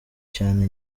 cyane